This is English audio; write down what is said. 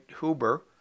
Huber